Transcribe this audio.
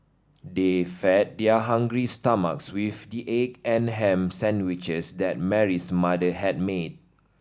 they fed their hungry stomachs with the egg and ham sandwiches that Mary's mother had made